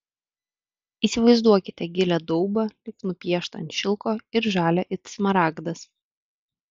įsivaizduokite gilią daubą lyg nupieštą ant šilko ir žalią it smaragdas